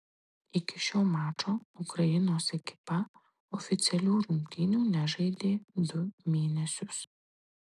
iki šio mačo ukrainos ekipa oficialių rungtynių nežaidė du mėnesius